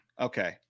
okay